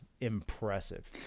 impressive